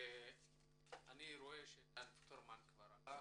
אני רואה שדן --- הלך.